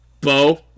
Bo